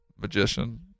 Magician